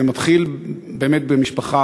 זה מתחיל באמת במשפחה,